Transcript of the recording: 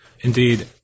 indeed